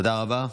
תודה רבה.